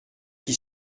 qui